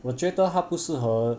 我觉得他不适合